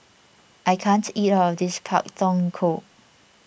I can't eat all of this Pak Thong Ko